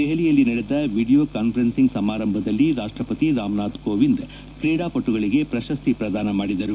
ದೆಹಲಿಯಲ್ಲಿ ನಡೆದ video conferencing ಸಮಾರಂಭದಲ್ಲಿ ರಾಷ್ಸಪತಿ ರಾಮನಾಥ್ ಕೋವಿಂದ್ ಕ್ರೀಡಾಪಟುಗಳಿಗೆ ಪ್ರಶಸ್ತಿ ಪ್ರದಾನ ಮಾಡಿದರು